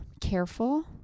careful